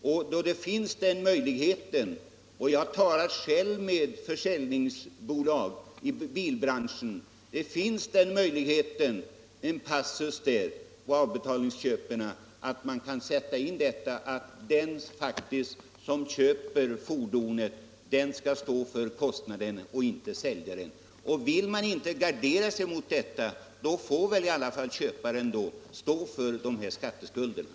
Vid avbetalningsköp kan man — jag har själv talat om detta med försäljningsbolag i bilbranschen — ta in en passus i kontraktet om att den som köper fordonet, och icke säljaren, skall stå för eventuella skatteskulder. Vill man inte på detta sätt gardera sig mot detta, får väl säljaren stå för skatteskulderna.